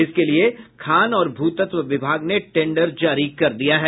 इसके लिए खान और भूतत्व विभाग ने टेंडर जारी कर दिया है